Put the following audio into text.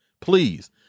Please